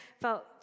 felt